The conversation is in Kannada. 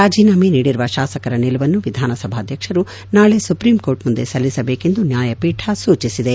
ರಾಜೀನಾಮೆ ನೀಡಿರುವ ಶಾಸಕರ ನಿಲುವನ್ನು ವಿಧಾನಸಭಾಧ್ವಕ್ಷರು ನಾಳೆ ಸುಪ್ರೀಂ ಕೋರ್ಟ್ ಮುಂದೆ ಸಲ್ಲಿಸಬೇಕೆಂದು ನ್ಯಾಯಪೀಠ ಸೂಚಿಸಿದೆ